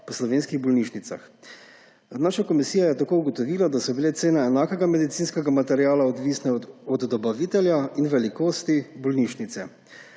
po slovenskih bolnišnicah. Naša komisija je tako ugotovila, da so bile cene enakega medicinskega materiala odvisne od dobavitelja in velikosti bolnišnice.